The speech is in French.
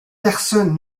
personne